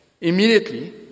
Immediately